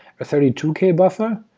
a thirty two k buffer,